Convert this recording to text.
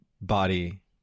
body